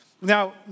Now